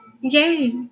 Yay